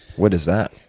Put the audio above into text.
what is that?